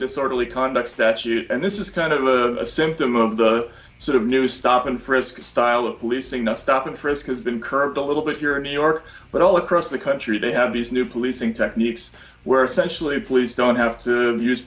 disorderly conduct statute and this is kind of a symptom of the sort of new stop and frisk style of policing not stop and frisk has been curbed a little bit here in new york but all across the country they have these new policing techniques where essentially police don't have to use